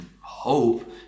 hope